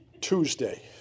Tuesday